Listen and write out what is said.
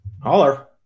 holler